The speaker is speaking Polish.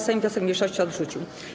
Sejm wniosek mniejszości odrzucił.